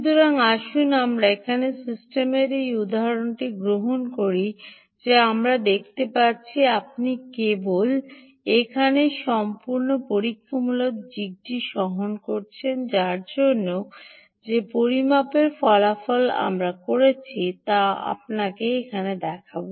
সুতরাং আসুন আমরা এখানে সিস্টেমের এই উদাহরণটি গ্রহণ করি যে আমরা দেখতে পাচ্ছি আপনি দেখতে পাবেন যে আমি যে পরীক্ষামূলক জিগটি সহন করেছি তার জন্য যে পরিমাপের ফলাফল আমরা করেছি তা আমি আপনাকে এখানে দেখাব